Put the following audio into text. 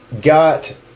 got